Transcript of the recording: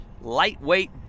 Lightweight